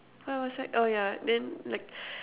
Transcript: where was I oh yeah then like